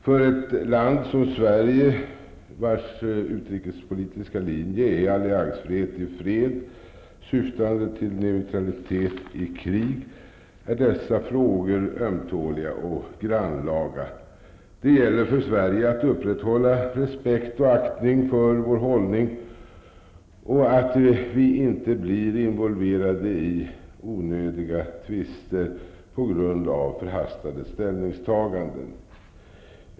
För ett land som Sverige, vars utrikespolitiska linje är alliansfrihet i fred syftande till neutralitet i krig, är dessa frågor ömtåliga och grannlaga. Det gäller för Sverige att upprätthålla respekt och aktning för vår hållning och att vi inte blir involverade i onödiga tvister på grund av förhastade ställningstaganden.